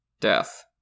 death